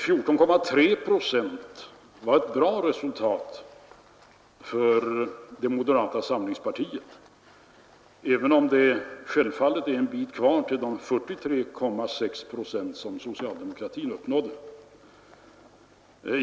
14,3 procent var ett bra resultat för det moderata samlingspartiet, även om det självfallet är en bit kvar till de 43,6 procent som socialdemokratin uppnådde.